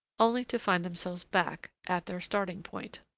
only to find themselves back at their starting-point.